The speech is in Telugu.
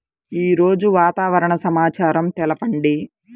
ఈరోజు వాతావరణ సమాచారం తెలుపండి